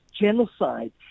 genocide